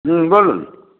হুম বলুন